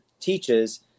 teaches